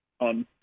on